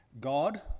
God